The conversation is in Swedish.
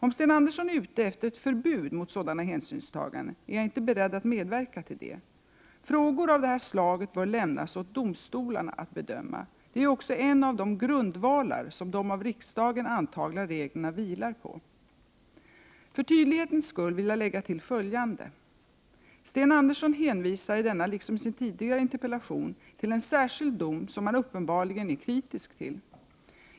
Om Sten Andersson är ute efter ett förbud mot sådana hänsynstaganden är jag inte beredd att medverka till det. Frågor av detta slag bör lämnas åt domstolarna att bedöma. Det är ju också en av de grundvalar som de av riksdagen antagna reglerna vilar på. För tydlighetens skull vill jag lägga till följande. Sten Andersson hänvisar i denna liksom i sin tidigare interpellation till en särskild dom som han uppenbarligen är kritisk till.